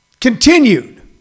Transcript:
continued